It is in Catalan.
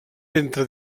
entre